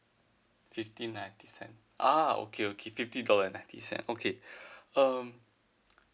fifty ninety cent ah okay okay fifty dollar ninety cent okay um